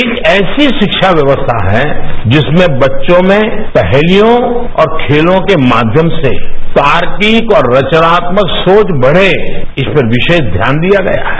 एक ऐसी शिवा व्यवस्था है जिसमें बच्चों में पहलियों और खेलों के माध्यम से तार्किक और रचनात्मक सोच बढ़े इस पर विशेष ध्यान दिया गया है